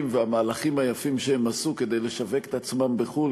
והמהלכים היפים שהם עשו כדי לשווק עצמם בחו"ל.